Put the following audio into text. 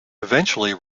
eventually